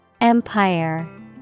Empire